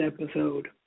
episode